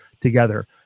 together